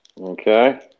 Okay